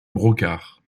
brocard